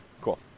Cool